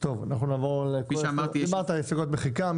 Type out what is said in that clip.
טוב אנחנו נעבור, כמעט כל ההסתייגויות מחיקה.